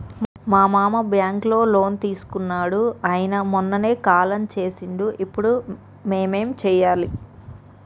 మా మామ బ్యాంక్ లో లోన్ తీసుకున్నడు అయిన మొన్ననే కాలం చేసిండు ఇప్పుడు మేం ఏం చేయాలి?